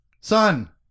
son